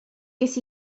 ces